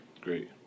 Great